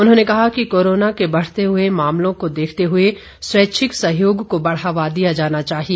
उन्होंने कहा कि कोरोना के बढ़ते हए मामलों को देखते हुए स्वैच्छिक सहयोग को बढ़ावा दिया जाना चाहिए